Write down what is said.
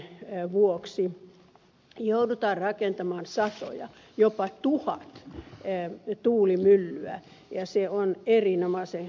muutamankin terawattitunnin vuoksi joudutaan rakentamaan satoja jopa tuhat tuulimyllyä ja se on erinomaisen kallista